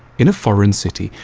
in a foreign city,